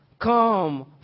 come